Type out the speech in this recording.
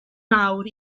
mawr